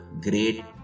great